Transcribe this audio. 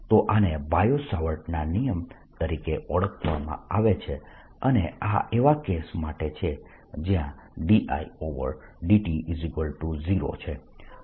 તો આને બાયો સાવર્ટના નિયમ તરીકે ઓળખવામાં આવે છે અને આ એવા કેસ માટે છે જ્યાં dIdt0 છે